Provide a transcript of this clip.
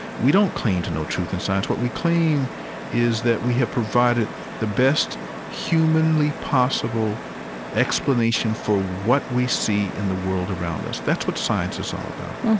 we don't claim to know truth in and science. what we claim is that we have provided the best humanly possible explanation for what we see in the world around us. that's what science is all about